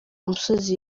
umusozi